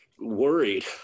worried